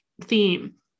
theme